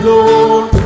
Lord